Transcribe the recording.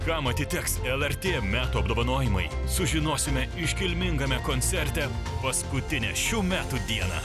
kam atiteks lrt metų apdovanojimai sužinosime iškilmingame koncerte paskutinę šių metų dieną